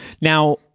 Now